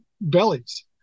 bellies